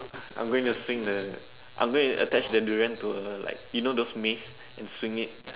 I'm going to swing the I'm going to attach the durian to a like you know those maize and swing it